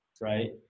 right